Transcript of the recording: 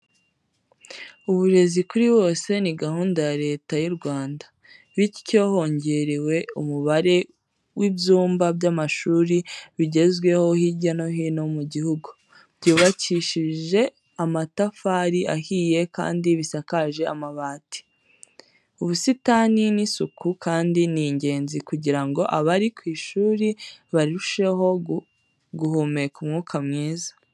Uburezi kuri bose ni gahunda ya Leta y'u Rwanda, bityo hongerewe umubare w'ibyumba by'amashuri bigezweho hirya no hino mu gihugu byubakishije amatafari ahiye kandi bisakaje amabati. Ubusitani ni isuku kandi ni ingenzi kugira ngo abari ku ishuri barusheho guhumeka umwuka mwiza.